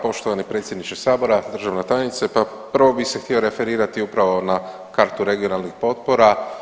Poštovani predsjedniče sabora, državni tajnice, pa prvo bi se htio referirati na kartu regionalnih potpora.